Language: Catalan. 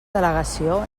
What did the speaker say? delegació